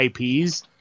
IPs